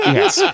Yes